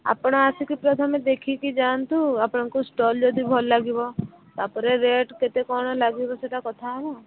ଆପଣ ଆସିକି ପ୍ରଥମେ ଦେଖିକି ଯାଆନ୍ତୁ ଆପଣଙ୍କୁ ଷ୍ଟଲ୍ ଯଦି ଭଲ ଲାଗିବ ତା'ପରେ ରେଟ୍ କେତେ କ'ଣ ଲାଗିବ ସେଟା କଥା ହେବୁ